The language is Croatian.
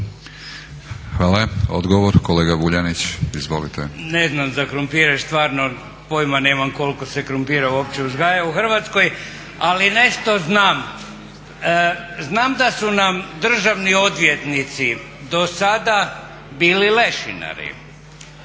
**Vuljanić, Nikola (Nezavisni)** Ne znam za krumpire, stvarno pojma nemam koliko se krumpira uopće uzgaja u Hrvatskoj, ali nešto znam, znam da su nam državni odvjetnici dosada bili lešinari